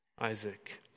Isaac